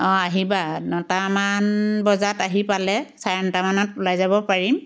অঁ আহিবা নটামান বজাত আহি পালে চাৰে নটামানত ওলাই যাব পাৰিম